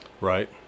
Right